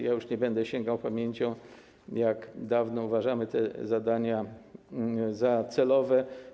Ja już nie będę sięgał pamięcią, od jak dawna uważamy te zadania za celowe.